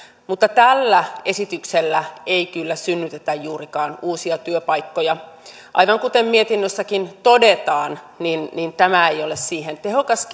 mutta tällä esityksellä ei kyllä synnytetä juurikaan uusia työpaikkoja aivan kuten mietinnössäkin todetaan tämä ei ole siihen tehokas